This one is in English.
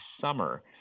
summer